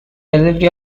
delivery